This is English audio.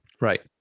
right